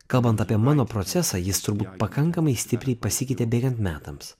kalbant apie mano procesą jis turbūt pakankamai stipriai pasikeitė bėgant metams